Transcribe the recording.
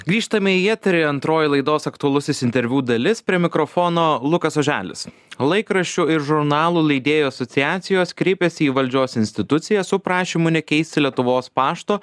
grįžtame į eterį antroji laidos aktualusis interviu dalis prie mikrofono lukas oželis laikraščių ir žurnalų leidėjų asociacijos kreipėsi į valdžios institucijas su prašymu nekeisti lietuvos pašto